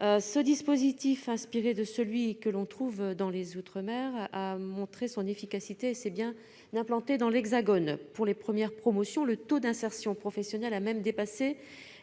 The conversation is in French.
Ce dispositif, inspiré de celui que l'on trouve dans les outre-mer, a montré son efficacité et s'est bien implanté dans l'Hexagone. Pour les premières promotions, le taux d'insertion professionnel a même dépassé